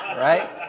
Right